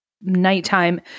nighttime